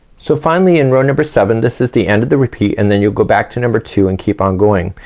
so finally in row number seven, this is the end of the repeat, and then you'll go back to number two, and keep on going.